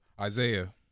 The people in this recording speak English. Isaiah